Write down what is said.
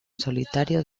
solitario